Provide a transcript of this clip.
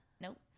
Nope